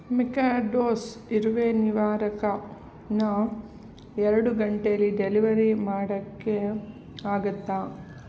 Mikado's ಇರುವೆ ನಿವಾರಕನ ಎರಡು ಗಂಟೇಲಿ ಡೆಲಿವರಿ ಮಾಡೋಕ್ಕೆ ಆಗುತ್ತಾ